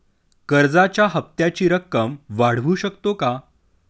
कर्जाच्या हप्त्याची रक्कम वाढवू शकतो का?